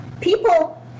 people